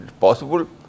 possible